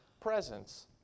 presence